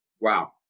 Wow